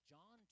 John